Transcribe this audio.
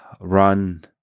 run